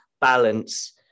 balance